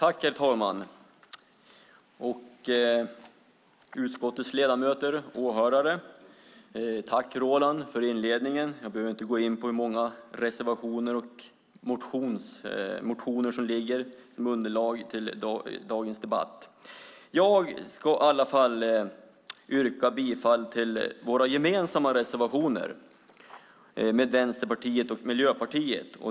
Herr talman, utskottets ledamöter och åhörare! Tack, Roland, för inledningen! Jag behöver inte gå in på hur många reservationer och motioner som utgör underlag till dagens debatt. Jag ska dock yrka bifall till våra gemensamma reservationer med Vänsterpartiet och Miljöpartiet.